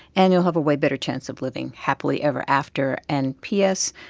and you'll have a way better chance of living happily ever after. and p s,